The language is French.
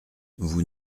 vous